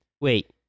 wait